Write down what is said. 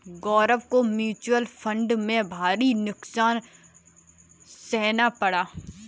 गौरव को mutual fund में भारी नुकसान सहना पड़ा